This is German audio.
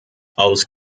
aus